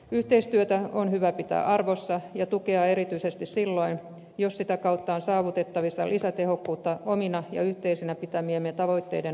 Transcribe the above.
yhteistyötä on hyvä pitää arvossa ja tukea erityisesti silloin jos sitä kautta on saavutettavissa lisätehokkuutta omina ja yhteisinä pitämiemme tavoitteiden ajamiseksi